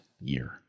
year